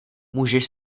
můžeš